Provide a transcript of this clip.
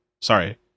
Sorry